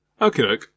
Okay